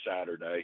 Saturday